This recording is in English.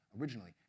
originally